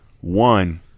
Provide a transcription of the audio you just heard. one